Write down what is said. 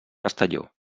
castelló